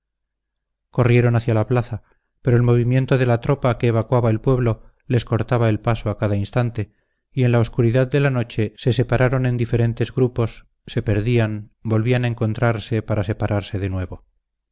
corrieron hacia la plaza pero el movimiento de la tropa que evacuaba el pueblo les cortaba el paso a cada instante y en la obscuridad de la noche se separaron en diferentes grupos se perdían volvían a encontrarse para separarse de nuevo